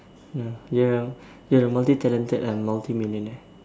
no you you are multi talented and multi millionaire